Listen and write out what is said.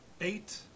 Eight